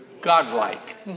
Godlike